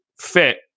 fit